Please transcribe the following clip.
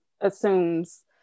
assumes